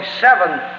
seven